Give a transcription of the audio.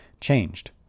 changed